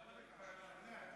אדוני היושב בראש,